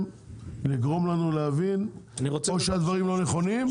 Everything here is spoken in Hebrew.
לגרום לנו להבין שאו שהדברים לא נכונים,